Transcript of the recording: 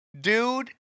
dude